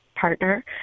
partner